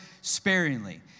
sparingly